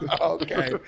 Okay